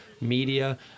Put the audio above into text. media